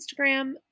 instagram